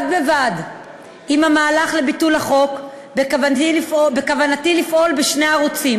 בד בבד עם המהלך לביטול החוק בכוונתי לפעול בשני ערוצים.